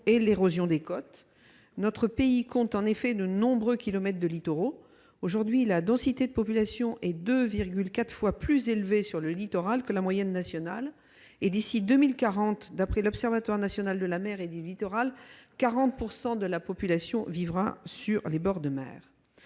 et l'érosion des côtes. Notre pays compte en effet de nombreux kilomètres de littoral. Aujourd'hui la densité de population est 2,4 fois plus élevée sur le littoral que la moyenne nationale et, d'ici à 2040, d'après l'Observatoire national de la mer et du littoral, 40 % de la population vivra sur les bords de mer.